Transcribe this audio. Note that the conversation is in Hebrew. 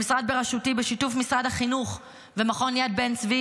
המשרד בראשותי בשיתוף משרד החינוך ומכון יד בן צבי